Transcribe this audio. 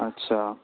اچھا